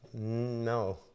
No